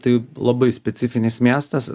tai labai specifinis miestas